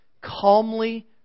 calmly